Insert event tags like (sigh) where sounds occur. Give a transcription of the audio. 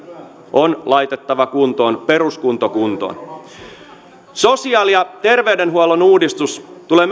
on laitettava kuntoon peruskunto kuntoon myös sosiaali ja terveydenhuollon uudistus tulee (unintelligible)